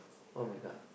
oh-my-god